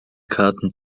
karten